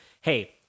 Hey